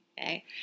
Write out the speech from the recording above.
okay